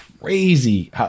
crazy